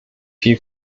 viel